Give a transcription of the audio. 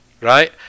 right